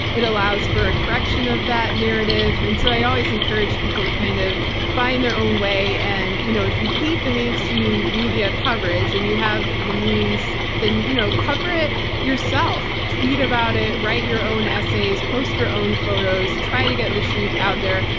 it allows for a correction of that narrative. and so i always encourage people to kind of find their own way. and you know if you hate the mainstream media coverage, and you have the means, then you know cover it yourself. tweet about it, write your own essays, post your own photos, try to get the truth out there,